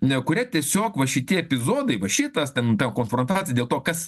nekuria tiesiog va šitie epizodai va šitas ten ta konfrontacija dėl to kas